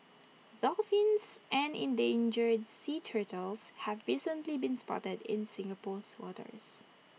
dolphins and endangered sea turtles have recently been spotted in Singapore's waters